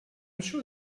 sure